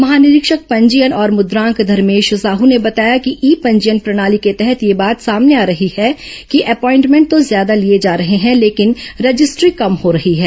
महानिरीक्षक पंजीयन और मुद्रांक धर्मेश साह ने बताया कि ई पंजीयन प्रणाली के तहत यह बात सामने आ रही है कि अपॉइनमेंट तो ज्यादा लिए जा रहे हैं लेकिन रजिस्ट्री कम हो रही है